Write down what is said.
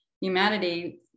humanity